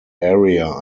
area